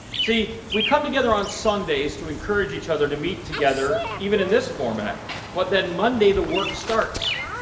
see, we come together on sundays to encourage each other, to meet together even in this format but then monday the work starts.